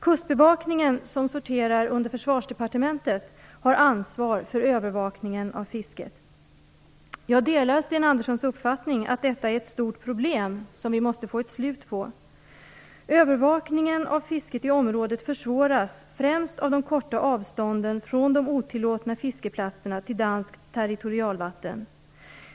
Kustbevakningen, som sorterar under Försvarsdepartementet, har ansvar för övervakningen av fisket. Jag delar Sten Anderssons uppfattning att detta är ett stort problem som vi måste få ett slut på. Övervakningen av fisket i området försvåras främst av de korta avstånden från de otillåtna fiskeplatserna till danskt territorialvatten.